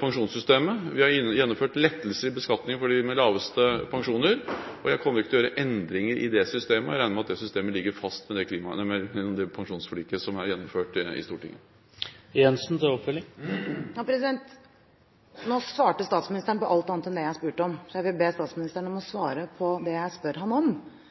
pensjonssystemet. Vi har gjennomført lettelser i beskatningen for dem med lavest pensjoner, og jeg kommer ikke til å gjøre endringer i det systemet. Jeg regner med at det systemet ligger fast gjennom det pensjonsforliket som er gjennomført i Stortinget. Statsministeren svarte på alt annet enn det jeg spurte om. Jeg vil derfor be statsministeren om å svare på det jeg spør ham om,